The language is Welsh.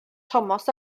thomas